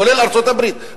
כולל ארצות-הברית,